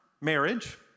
marriage